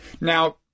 Now